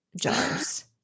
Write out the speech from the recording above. jars